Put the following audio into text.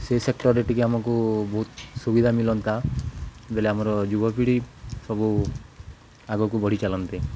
ସେ ସେକ୍ଟର୍ରେ ଟିକେ ଆମକୁ ବହୁତ ସୁବିଧା ମିଳନ୍ତା ବଳେ ଆମର ଯୁବପିଢ଼ି ସବୁ ଆଗକୁ ବଢ଼ି ଚାଲନ୍ତେ